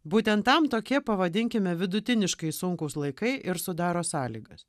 būtent tam tokie pavadinkime vidutiniškai sunkūs laikai ir sudaro sąlygas